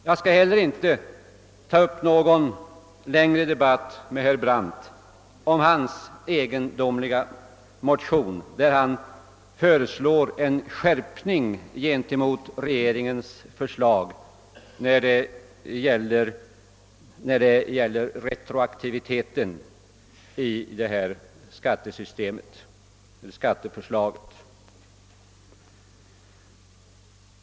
Jag skall inte heller ta upp någon längre debatt med herr Brandt om hans egendomliga motion, i vilken han föreslår en skärpning gentemot regeringens förslag när det gäller retroaktiviteten i skatteförslaget.